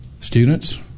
Students